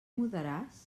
mudaràs